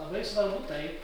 labai svarbu tai